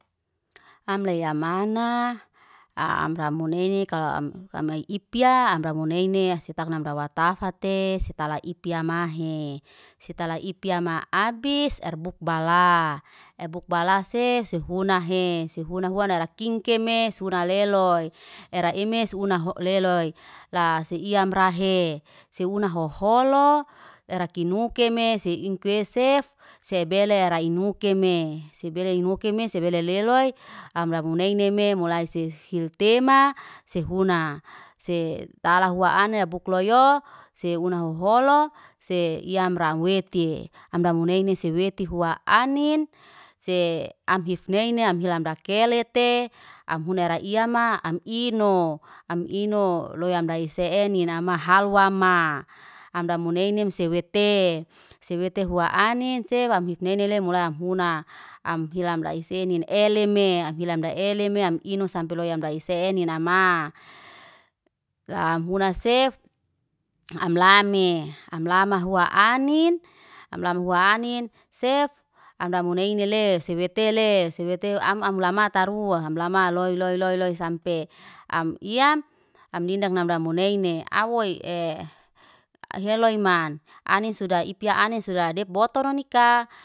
Am ley ya mana, aamra munei nikaa, am hamai ipiaa, amra munai ne setakna amra watafate setelaiya ipia mahe. Setalaiya ipiaa ma abis, arbukbalaa. Ebukbala se sehuna he, sefuna huan dara kingkeme suna leloy. Era emis una ho leloy, la se iyam rahe. Sehuna hoholo, era kinuke me seingke me, se ingkwe sef. Sebelai raing nukeme, sebelai nukeme sebelai leloy amra munai ne me mulai se hil tema, se huna. Se tala hua ane, abukloyo se unahoholo, se iy amra wetie. Amra munei ne, seweti hua anin se amhif nei ni amhilam rakele te, am huna raiya ma, am ino. Am ino loy amrai se eni nama halwama, amda muneine sewete. Sewete hua anin se fam hif neine ley mula am huna. Am hilam lay se nin eleme, am hilam dai elime, am ino sampai loy am dai se nina nama. Lam huna sef, am lami am lama hua anin, am lama hua anin sef, amdamuneini lese seweteles. Sewete am am lamataruaa, ham lama loy loy loy loy sampe am iam. Am dindagang amu neine awoy ee heloy man ani suda ipia anis suda depbotoro nikaa.